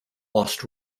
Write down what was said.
lost